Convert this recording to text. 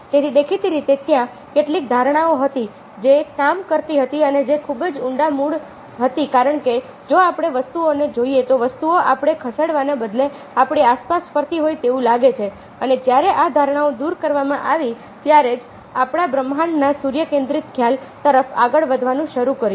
તેથી દેખીતી રીતે ત્યાં કેટલીક ધારણાઓ હતી જે કામ કરતી હતી અને જે ખૂબ જ ઊંડા મૂળ હતી કારણ કે જો આપણે વસ્તુઓને જોઈએ તો વસ્તુઓ આપણે ખસેડવાને બદલે આપણી આસપાસ ફરતી હોય તેવું લાગે છે અને જ્યારે આ ધારણાઓ દૂર કરવામાં આવી ત્યારે જ આપણે બ્રહ્માંડના સૂર્ય કેન્દ્રિત ખ્યાલ તરફ આગળ વધવાનું શરૂ કર્યું